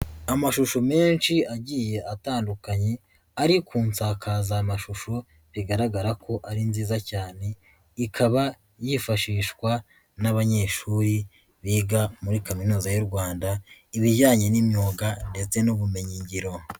Amashusho menshi agiye atandukanye ari ku nsakazamashusho bigaragara ko ari nziza cyane, ikaba yifashishwa n'abanyeshuri biga muri Kaminuza y'u Rwanda ibijyanye n'imyuga ndetse n'ubumenyingiro.